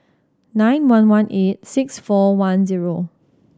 nine one one eight six four one zero